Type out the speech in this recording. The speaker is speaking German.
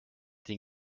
den